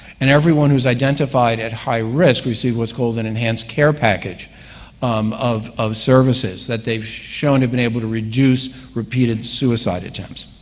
and everyone who is identified at high-risk receive what's called an enhanced care package of of services that they've shown to have been able to reduce repeated suicide attempts.